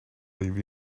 leave